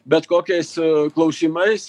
bet kokiais klausimais